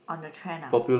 on the trend ah